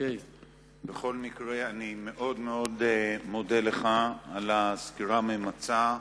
בכל מקרה, אני מאוד מאוד מודה לך על הסקירה הממצה.